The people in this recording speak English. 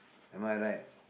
am I right